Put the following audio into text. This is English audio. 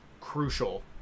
crucial